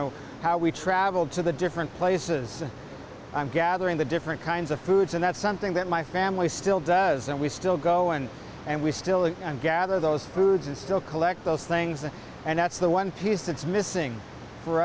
know how we travel to the different places i'm gathering the different kinds of foods and that's something that my family still does and we still go on and we still gather those foods and still collect those things and that's the one piece that's missing for